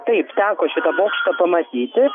taip teko šitą bokštą pamatyti